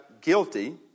guilty